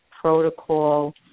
protocol